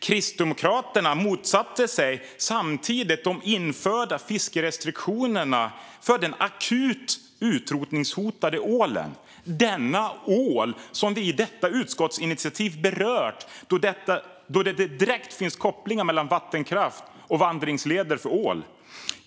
Kristdemokraterna motsatte sig samtidigt de införda fiskerestriktionerna för den akut utrotningshotade ålen - den ål som vi berört i utskottsinitiativet då det finns direkta kopplingar mellan vattenkraft och vandringsleder för ål.